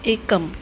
एकम्